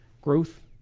growth